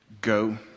go